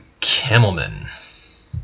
Kimmelman